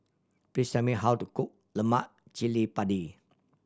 please tell me how to cook lemak cili padi